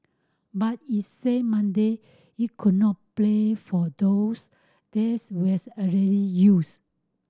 but it said Monday it could not play for those this was already used